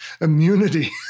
immunity